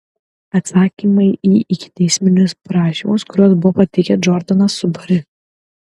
atsakymai į ikiteisminius prašymus kuriuos buvo pateikę džordanas su bari